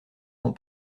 sont